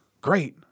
great